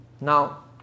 Now